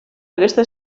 aquesta